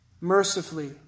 Mercifully